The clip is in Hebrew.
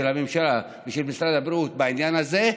של הממשלה ושל משרד הבריאות בעניין הזה,